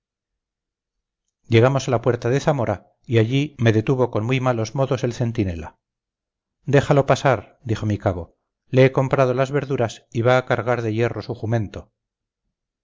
llegamos a la puerta de zamora y allí me detuvo con muy malos modos el centinela déjalo pasar dijo mi cabo le he comprado las verduras y va a cargar de hierro